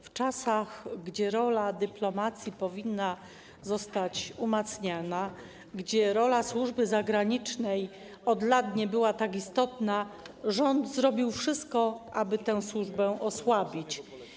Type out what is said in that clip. W czasach, gdy rola dyplomacji powinna być umacniana, gdy rola służby zagranicznej od lat nie była tak istotna, rząd zrobił wszystko, aby tę służbę osłabić.